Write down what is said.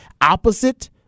opposite –